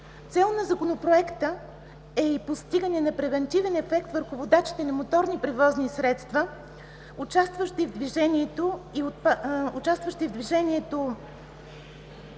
Цел на Законопроекта е и постигане на превантивен ефект върху водачите на моторни превозни средства, участващи в движението